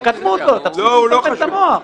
תקדמו אותו ותפסיקו לבלבל את המוח.